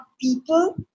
people